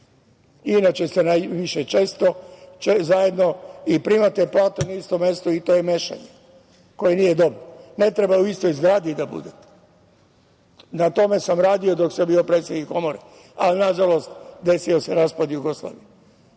Inače, zajedno primate plate na istom mestu i to je mešanje koje nije dobro, ne treba u istoj zgradi da budete. Na tome sam radio dok sam bio predsednik Komore, ali nažalost, desio se raspad Jugoslavije,